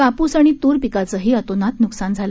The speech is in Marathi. कापूस आणि तूर या पिकांचंही अतोनात नुकसान झालं